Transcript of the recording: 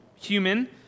human